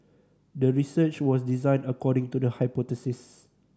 the research was designed according to the hypothesis